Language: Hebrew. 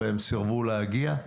והם סירבו להגיע.